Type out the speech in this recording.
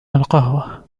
القهوة